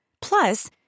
Plus